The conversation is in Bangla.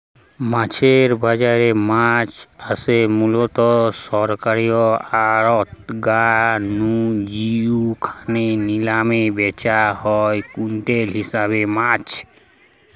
মাছের বাজারে মাছ আসে মুলত সরকারী আড়ত গা নু জউখানে নিলামে ব্যাচা হয় কুইন্টাল হিসাবে মাছ